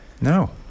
no